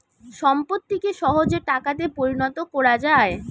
সম্পত্তিকে সহজে টাকাতে পরিণত কোরা যায়